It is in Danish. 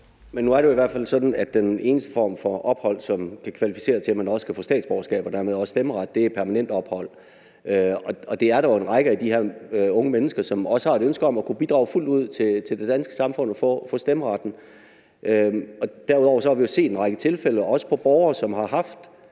Peder Hvelplund (EL): Men nu er det jo i hvert fald sådan, at den eneste form for opholdstilladelse, som kan kvalificere til, at man også kan få statsborgerskab og dermed også stemmeret, er permanent opholdstilladelse, og der er jo en række af de her unge mennesker, som også har et ønske om at kunne bidrage fuldt ud til det danske samfund og få stemmeretten. Derudover har vi jo set en række tilfælde, hvor borgere har haft